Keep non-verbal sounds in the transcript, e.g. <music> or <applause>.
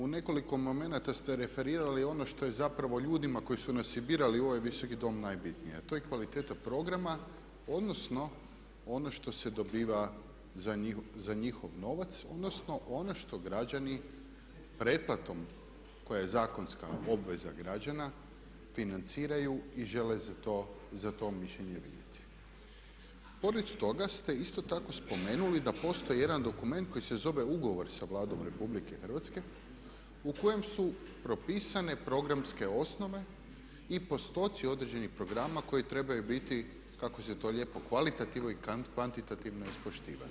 U nekoliko momenata ste referirali ono što je zapravo ljudima koji su nas i birali u ovaj Visoki dom najbitnije, a to je kvaliteta programa odnosno ono što se dobiva za njihov novac, odnosno ono što građani pretplatom koja je zakonska obveza građana financiraju i žele za to mišljenje … <unintelligible> Pored toga ste isto tako spomenuli da postoji jedan dokument koji se zove ugovor sa Vladom RH u kojem su propisane programske osnove i postoci određenih programa koji trebaju biti kako se to lijepo kvalitativno i kvantitativno ispoštivani.